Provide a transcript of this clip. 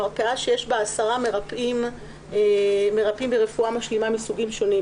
מרפאה שיש בה עשרה מרפאים ברפואה משלימה מסוגים שונים,